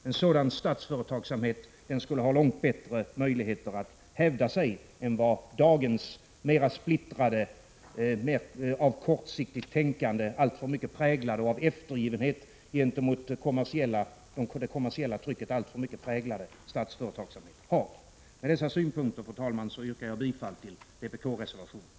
En sådan statsföretagsamhet skulle ha långt bättre möjligheter att hävda sig än vad dagens mera splittrade av kortsiktigt tänkande och av eftergivenhet gentemot det kommersiella trycket alltför mycket präglade statsföretagsamhet har. Med dessa synpunkter, fru talman, yrkar jag bifall till vpk-reservationerna.